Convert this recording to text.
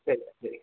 சரிக்கா சரி